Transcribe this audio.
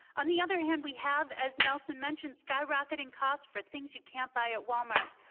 on the other hand, we have, as nelson mentioned, skyrocketing costs for things you can't buy at walmart.